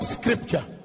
scripture